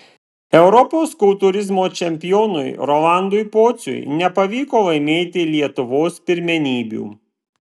europos kultūrizmo čempionui rolandui pociui nepavyko laimėti lietuvos pirmenybių